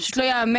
פשוט לא ייאמן.